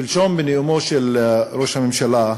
שלשום, בנאומו של ראש הממשלה,